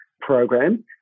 program